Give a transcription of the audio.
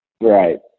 right